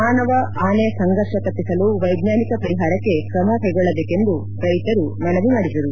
ಮಾನವ ಆನೆ ಸಂಫರ್ಷ ತಪ್ಪಿಸಲು ವೈಜ್ಞಾನಿಕ ಪರಿಹಾರ ಕೈಗೊಳ್ಳಬೇಕೆಂದು ರೈತರು ಮನವಿ ಮಾಡಿದರು